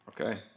Okay